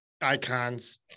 icons